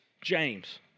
James